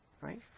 Right